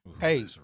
Hey